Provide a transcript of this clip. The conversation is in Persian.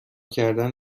کردن